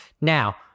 Now